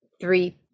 three